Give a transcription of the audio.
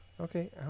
okay